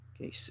Okay